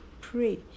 pray